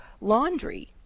laundry